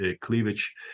cleavage